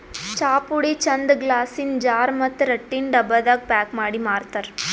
ಚಾಪುಡಿ ಚಂದ್ ಗ್ಲಾಸಿನ್ ಜಾರ್ ಮತ್ತ್ ರಟ್ಟಿನ್ ಡಬ್ಬಾದಾಗ್ ಪ್ಯಾಕ್ ಮಾಡಿ ಮಾರ್ತರ್